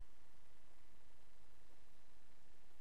אפילו